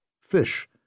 fish